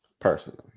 personally